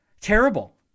Terrible